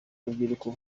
urubyiruko